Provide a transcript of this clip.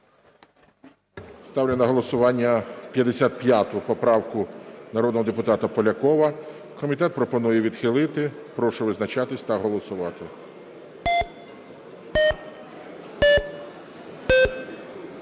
Ставлю на голосування 55 поправку народного депутата Полякова. Комітет пропонує її відхилити. Прошу визначатися та голосувати.